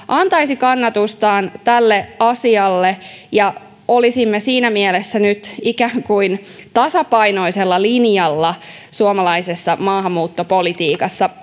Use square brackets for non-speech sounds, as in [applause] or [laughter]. [unintelligible] antaisi kannatustaan tälle asialle ja olisimme siinä mielessä nyt tasapainoisella linjalla suomalaisessa maahanmuuttopolitiikassa [unintelligible]